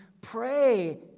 Pray